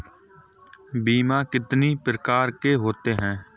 बीमा कितनी प्रकार के होते हैं?